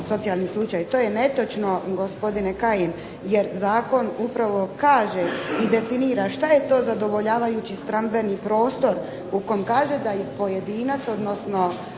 To je netočno gospodine Kajin jer zakon upravo kaže i definira što je to zadovoljavajući stambeni prostor u kom kaže da je pojedinac, odnosno